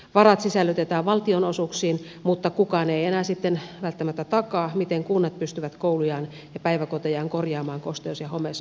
varat sisällytetään valtionosuuksiin mutta kukaan ei enää sitten välttämättä takaa miten kunnat pystyvät koulujaan ja päiväkotejaan korjaamaan kosteus ja homeongelmissa